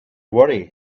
worry